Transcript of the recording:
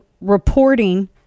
reporting